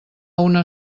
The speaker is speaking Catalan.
una